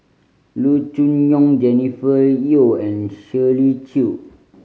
Loo Choon Yong Jennifer Yeo and Shirley Chew